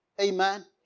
Amen